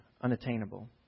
unattainable